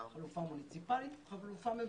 חלופה מוניציפלית וחלופה ממשלתית.